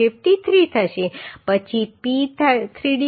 53 થશે પછી P 3d0